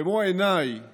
במו עיניי